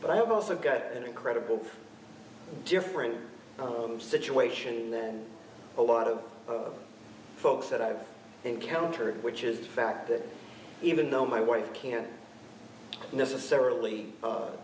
but i have also got an incredible different situation then a lot of folks that i've encountered which is the fact that even though my wife can't necessarily